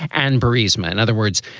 anbaris man, in other words,